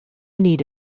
need